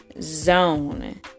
zone